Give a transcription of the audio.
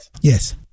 Yes